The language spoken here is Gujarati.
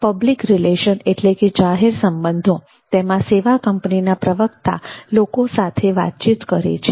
પબ્લિક રિલેશન જાહેર સંબંધો તેમાં સેવા કંપનીના પ્રવક્તા લોકો સાથે વાતચીત કરે છે